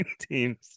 teams